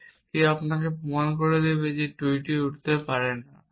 তবে কেউ আপনাকে প্রমাণ দেবে যে টুইটটি উড়তে পারে না